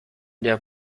der